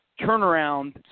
turnaround